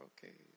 Okay